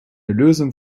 lösung